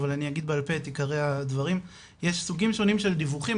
אבל אני אגיד בעל פה את עיקרי הדברים - יש סוגים שונים של דיווחים,